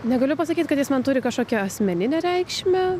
negaliu pasakyt kad jis man turi kažkokią asmeninę reikšmę